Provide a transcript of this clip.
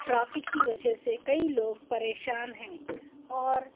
traffic کی وجہ سے کئی لوگ پریشان ہیں اور